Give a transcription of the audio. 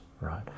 right